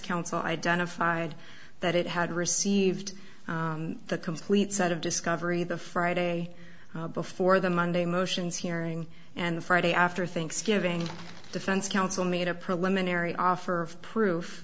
counsel identified that it had received the complete set of discovery the friday before the monday motions hearing and the friday after thanksgiving defense counsel made a preliminary offer of proof